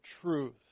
truth